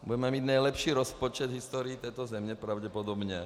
Budeme mít nejlepší rozpočet v historii této země pravděpodobně.